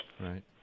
Right